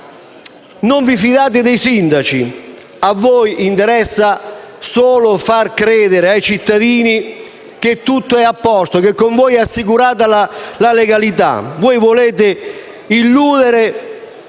Non vi fidate dei sindaci. A voi interessa solo far credere ai cittadini che tutto è a posto e che con voi è assicurata la legalità. Volete illudere